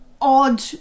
odd